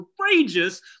courageous